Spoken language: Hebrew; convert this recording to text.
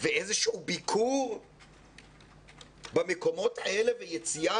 ואיזשהו ביקור במקומות האלה ויציאה